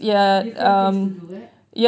different things to do ah